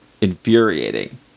infuriating